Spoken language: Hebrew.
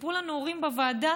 סיפרו לנו הורים בוועדה